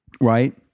Right